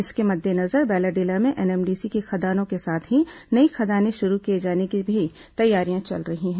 इसके मद्देनजर बैलाडीला में एनएमडीसी की खदानों के साथ ही नई खदानें शुरू किए जाने की भी तैयारियां चल रही हैं